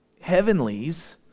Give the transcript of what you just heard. heavenlies